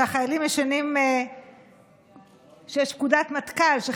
אחת לכמה שבתות ישנם דיווחים בתקשורת על עימותים